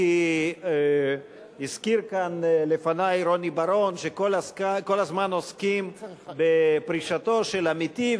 כי הזכיר כאן לפני רוני בר-און שכל הזמן עוסקים בפרישתו של עמיתי,